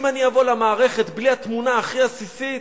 אם אני אבוא למערכת בלי התמונה הכי עסיסית,